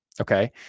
Okay